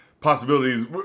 possibilities